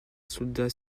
soldat